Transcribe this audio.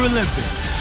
Olympics